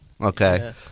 okay